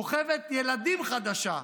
כוכבת ילדים חדשה,